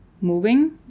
moving